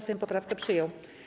Sejm poprawkę przyjął.